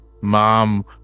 mom